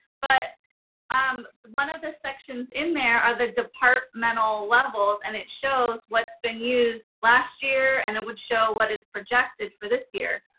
but um one of the sections in there are the departmental levels. and it shows what's been used last year and it would show what is projected for this year.